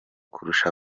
kurusha